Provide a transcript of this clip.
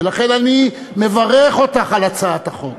ולכן אני מברך אותך על הצעת החוק,